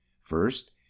First